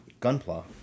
Gunpla